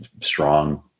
strong